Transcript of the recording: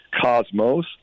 cosmos